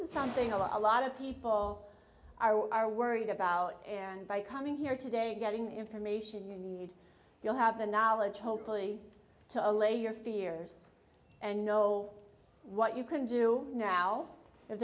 something a lot of people are worried about and by coming here today getting information you need you'll have the knowledge hopefully to allay your fears and know what you can do now if